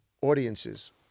audiences